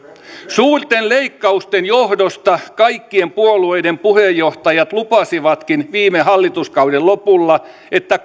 suurten leikkausten johdosta kaikkien puolueiden puheenjohtajat lupasivatkin viime hallituskauden lopulla että